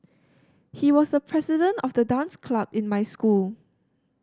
he was the president of the dance club in my school